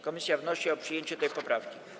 Komisja wnosi o przyjęcie tej poprawki.